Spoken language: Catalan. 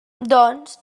doncs